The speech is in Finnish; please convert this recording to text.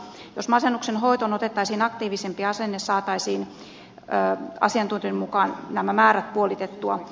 jos masennuksen hoitoon otettaisiin aktiivisempi asenne saataisiin asiantuntijoiden mukaan nämä määrät puolitettua